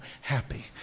happy